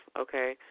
okay